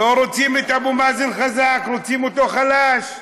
לא רוצים את אבו מאזן חזק, רוצים אותו חלש.